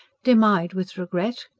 dim-eyed with regret?